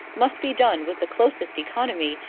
must be done with the closest economy,